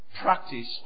practice